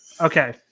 Okay